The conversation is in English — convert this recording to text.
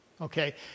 Okay